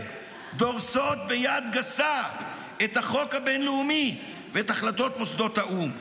דורסות ביד גסה את החוק הבין-לאומי ואת החלטות מוסדות האו"ם,